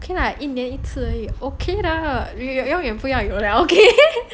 okay lah 一年一次 okay 的永远不要有了 okay